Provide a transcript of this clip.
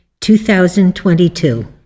2022